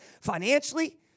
financially